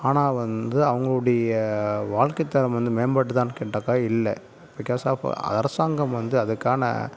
ஆனால் வந்து அவர்களுடைய வாழ்க்கைத்தரம் வந்து மேம்பட்டுதானு கேட்டாக்கால் இல்லை பிக்காஸ் ஆஃப் அரசாங்கம் வந்து அதற்கான